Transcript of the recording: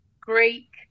Greek